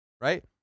Right